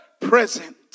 Present